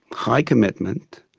high commitment,